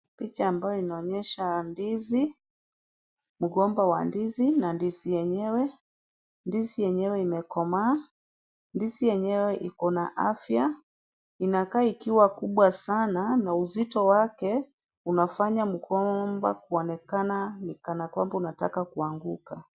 Picha ambayo inaonyesha ndizi, mgomba wa ndizi na ndizi yenyewe. Ndizi yenyewe imekomaa. Ndizi yenyewe ikona afya, inakaa kubwa sana na uzito wake unafanya mgomba kuonekana kana kwamba unataka kuanguka.